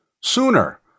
Sooner